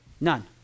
None